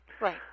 Right